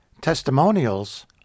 Testimonials